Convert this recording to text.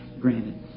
Granted